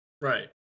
Right